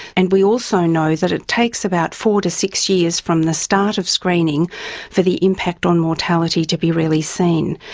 and we also know that it takes about four to six years from the start of screening for the impact on mortality to be really seen.